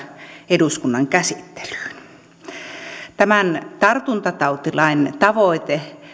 eduskunnan käsittelyyn tämän tartuntatautilain tavoite